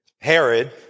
Herod